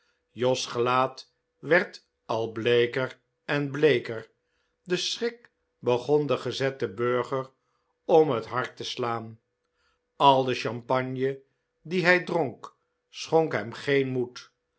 jos gelaat werd al bleeker en bleeker de schrik begon den gezetten burger om het hart te slaan al de champagne die hij dronk schonk hem geen moed